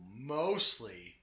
mostly